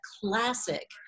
classic